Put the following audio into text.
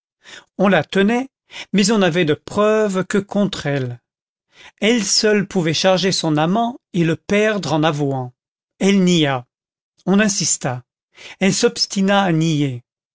on la tenait mais on n'avait de preuves que contre elle elle seule pouvait charger son amant et le perdre en avouant elle nia on insista elle s'obstina à